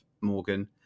Morgan